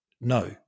no